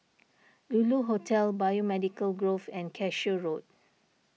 Lulu Hotel Biomedical Grove and Cashew Road